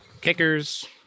kickers